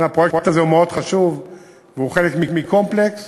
הפרויקט הזה הוא מאוד חשוב והוא חלק מקומפלקס